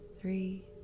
Three